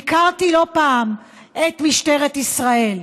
ביקרתי לא אחת את משטרת ישראל,